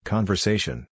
Conversation